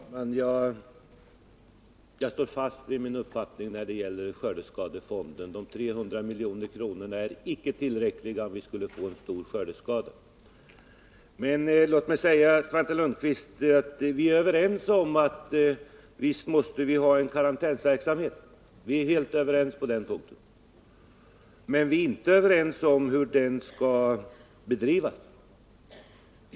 Fru talman! Jag står fast vid min uppfattning när det gäller skördeskadefonden. 300 milj.kr. är icke tillräckligt, om vi skulle få stora skördeskador. Låt mig säga, Svante Lundkvist, att vi är helt överens om att vi måste haen Nr 110 karantänsverksamhet, men vi är inte överens om hur den skall bedrivas.